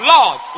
Lord